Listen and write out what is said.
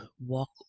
walk